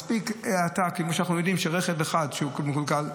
מספיק האטה של רכב אחד שאנחנו יודעים שהוא מקולקל.